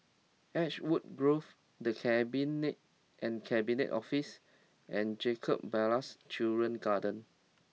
Ashwood Grove The Cabinet and Cabinet Office and Jacob Ballas Children's Garden